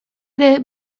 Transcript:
ere